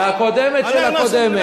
והקודמת לקודמת.